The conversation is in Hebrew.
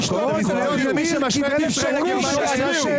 ולדימיר קיבל אפשרות לשאול שאלות,